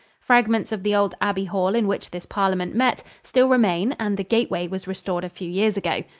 fragments of the old abbey hall in which this parliament met still remain and the gateway was restored a few years ago.